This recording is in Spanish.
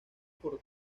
por